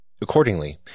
Accordingly